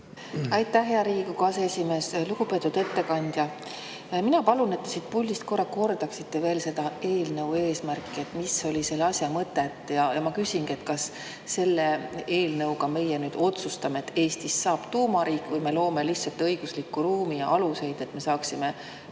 Aitäh, hea Riigikogu aseesimees! Lugupeetud ettekandja! Mina palun, et te siit puldist kordaksite veel selle eelnõu eesmärki, mis on selle asja mõte. Ma küsin, kas selle eelnõuga meie nüüd otsustame, et Eestist saab tuumariik, või me loome lihtsalt õiguslikku ruumi alused, et me saaksime